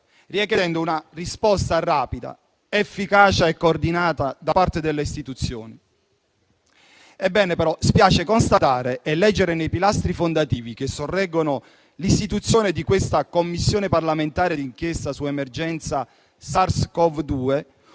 richiedendo una risposta rapida, efficace e coordinata da parte delle istituzioni. Ebbene, però, spiace constatare e leggere nei pilastri fondativi che sorreggono l'istituzione di questa Commissione parlamentare d'inchiesta sull'emergenza SARS-CoV-2